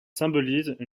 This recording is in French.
symbolise